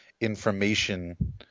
information